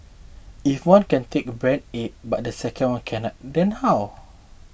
if one can take brand A but the second one cannot then how